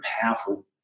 powerful